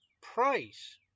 price